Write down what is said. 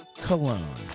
Cologne